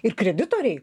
ir kreditoriai